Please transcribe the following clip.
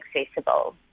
accessible